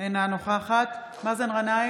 אינה נוכחת מאזן גנאים,